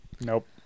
Nope